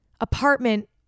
apartment